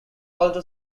alto